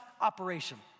operation